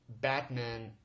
Batman